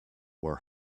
were